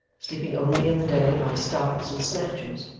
sleeping only in the day by starts and snatches,